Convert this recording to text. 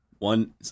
One